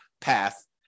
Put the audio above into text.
path